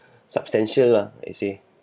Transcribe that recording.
substantial lah I'd say